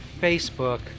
Facebook